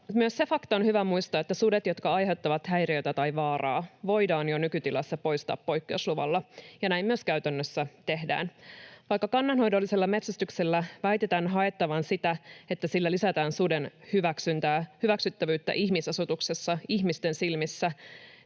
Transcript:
Myös se fakta on hyvä muistaa, että sudet, jotka aiheuttavat häiriötä tai vaaraa, voidaan jo nykytilassa poistaa poikkeusluvalla, ja näin myös käytännössä tehdään. Vaikka kannanhoidollisella metsästyksellä väitetään haettavan sitä, että sillä lisätään suden hyväksyttävyyttä ihmisasutuksessa ihmisten silmissä,